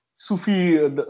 Sufi